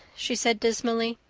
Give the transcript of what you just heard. she said dismally.